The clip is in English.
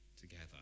together